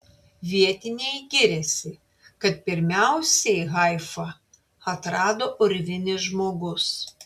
vietiniai giriasi kad pirmiausiai haifą atrado urvinis žmogus